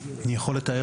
זה לא מספיק.